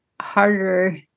harder